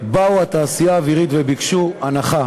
באו התעשייה האווירית וביקשו הנחה.